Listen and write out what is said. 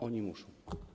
Oni muszą.